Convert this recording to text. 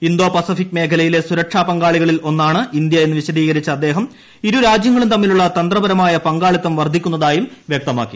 Indo Pacific മേഖലയിലെ സുരക്ഷാ പങ്കാളികളിൽ ഒന്നാണ് ഇന്ത്യ എന്ന് വിശദീകരിച്ച അദ്ദേഹം ഇരു രാജ്യങ്ങളും തമ്മിലുള്ള തന്ത്രപരമായ പങ്കാളിത്തം വർധിക്കുന്നതായും വ്യക്തമാക്കി